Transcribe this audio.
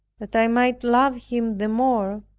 that i might love him the more,